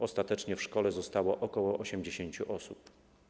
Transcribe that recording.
Ostatecznie w szkole zostało ok. 80 osób.